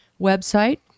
website